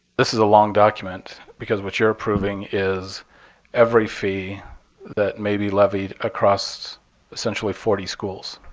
this is a long document because what you're approving is every fee that may be levied across essentially forty schools.